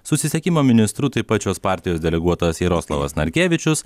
susisiekimo ministru taip pat šios partijos deleguotas jaroslavas narkevičius